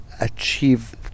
achieve